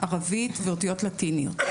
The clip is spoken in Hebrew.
ערבית ואותיות לטיניות.